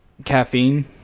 caffeine